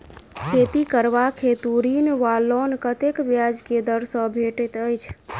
खेती करबाक हेतु ऋण वा लोन कतेक ब्याज केँ दर सँ भेटैत अछि?